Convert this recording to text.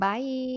Bye